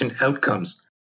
outcomes